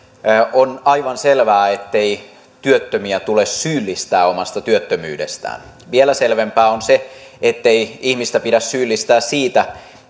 on aivan selvää ettei työttömiä tule syyllistää omasta työttömyydestään vielä selvempää on se ettei ihmistä pidä syyllistää siitä